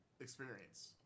experience